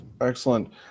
Excellent